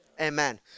Amen